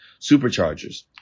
Superchargers